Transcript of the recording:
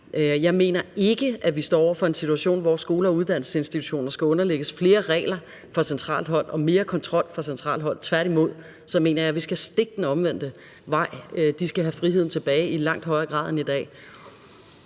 Jeg mener ikke, at vi står over for en situation, hvor skoler og uddannelsesinstitutioner skal underlægges flere regler fra centralt hold og mere kontrol fra centralt hold. Tværtimod mener jeg, at vi skal i den stik modsatte retning. De skal have friheden tilbage i langt højere grad end i dag.